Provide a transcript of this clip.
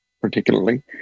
particularly